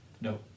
No